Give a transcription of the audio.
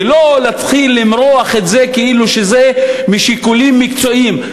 ולא להתחיל למרוח את זה כאילו זה משיקולים מקצועיים.